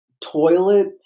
toilet